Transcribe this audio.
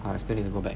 I still need to go back